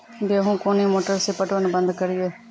गेहूँ कोनी मोटर से पटवन बंद करिए?